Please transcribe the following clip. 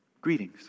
Greetings